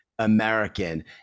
American